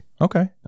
Okay